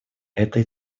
этой